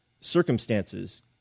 circumstances